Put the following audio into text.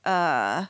uh